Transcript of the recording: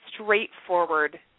straightforward